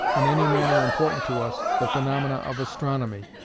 in any manner important to us, the phaenomena of astronomy,